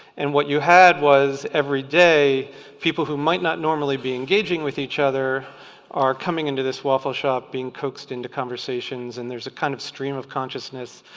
and what you had was everyday people who might not normally be engaging with each other are coming into this waffle shop and being coaxed into conversations. and there's a kind of stream of consciousness